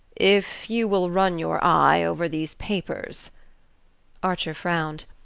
if you will run your eye over these papers archer frowned.